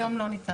היום לא ניתן,